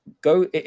go